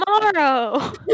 tomorrow